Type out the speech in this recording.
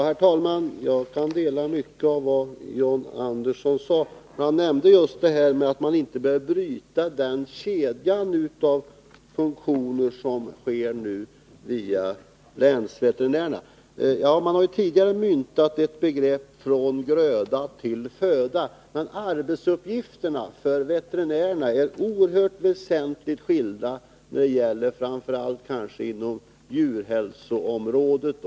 Herr talman! Jag kan instämma i mycket av vad John Andersson sade. Han nämnde just att man inte bör bryta den kedja av funktioner som nu finns via länsveterinärerna. Tidigare har det myntats ett begrepp, ”från gröda till föda”. Men arbetsuppgifterna för veterinärerna är oerhört skilda, i synnerhet inom djurhälsoområdet.